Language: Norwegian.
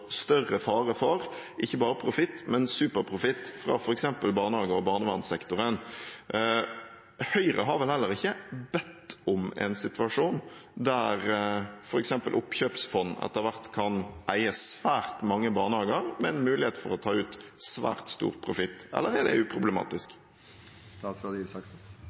større fare for, ikke bare profitt, men superprofitt i f.eks. barnehage- og barnevernsektoren. Høyre har vel heller ikke bedt om en situasjon der f.eks. oppkjøpsfond etter hvert kan eie svært mange barnehager med mulighet for å ta ut svært stor profitt. Eller er det uproblematisk?